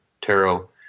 tarot